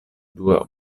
dua